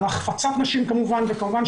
על החפצת נשים כמובן,